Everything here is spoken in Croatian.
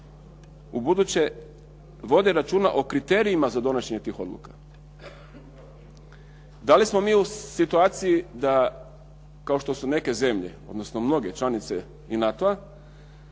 ubuduće vode računa o kriterijima za donošenje tih odluka. Da li smo mi u situaciji, kao što su neke zemlje odnosno mnoge članice i NATO-a,